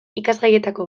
ikasgaietako